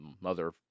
mother